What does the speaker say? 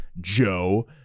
Joe